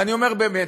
ואני אומר באמת,